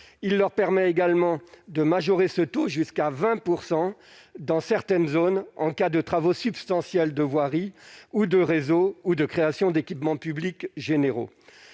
il leur permet également de majorer ce taux jusqu'à 20 % dans certaines zones, en cas de travaux substantiels de voirie ou de réseaux ou de création d'équipements publics généraux